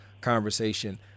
conversation